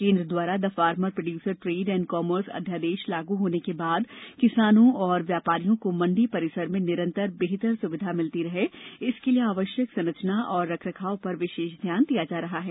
केंद्र द्वारा the farmer producer trade and commerce अध्यादेश लागू होने के बाद किसानों और व्यापारियों को मंडी परिसर में निरंतर बेहतर सुविधा मिलती रहे इसके लिए आवश्यक संरचना और रखरखाव पर विशेष ध्यान दिया जा रहा है